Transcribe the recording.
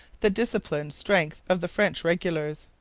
the disciplined strength of the french regulars.